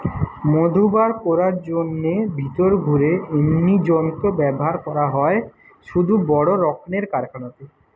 মধু বার কোরার জন্যে ভিতরে ঘুরে এমনি যন্ত্র ব্যাভার করা হয় শুধু বড় রক্মের কারখানাতে